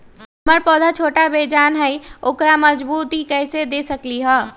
हमर पौधा छोटा बेजान हई उकरा मजबूती कैसे दे सकली ह?